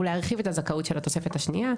הוא להרחיב את הזכות של התוספת השנייה,